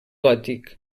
gòtic